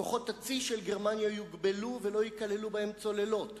כוחות הצי של גרמניה יוגבלו ולא ייכללו בהם צוללות,